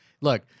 look